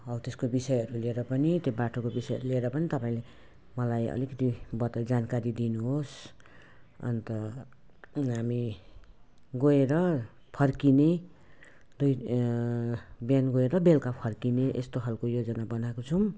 हौ त्यसको विषयहरू लिएर पनि त्यो बाटोको विषयहरू लिएर पनि तपाईँले मलाई अलिकति बताई जानकारी दिनुहोस् अन्त हामी गएर फर्किने दुई बिहान गएर बेलुका फर्किने यस्तो खालको योजना बनाएको छौँ